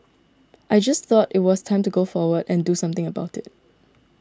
I just thought it was the time to go forward and do something about it